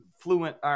fluent